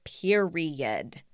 Period